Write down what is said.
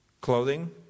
Clothing